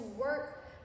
work